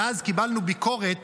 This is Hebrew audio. ואז קיבלנו ביקורת